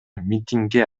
митингге